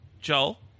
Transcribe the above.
Joel